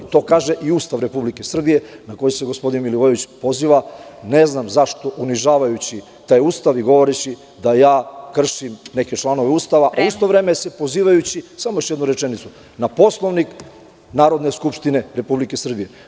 To kaže i Ustav Republike Srbije, na koji se gospodin Milivojević poziva, ne znam zašto, unižavajući taj Ustav i govoreći da ja kršim neke članove Ustava, a u isto vreme se pozivajući na Poslovnik Narodne skupštine Republike Srbije.